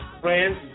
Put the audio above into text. friends